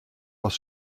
aus